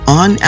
on